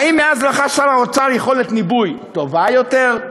האם מאז רכש שר האוצר יכולת ניבוי טובה יותר?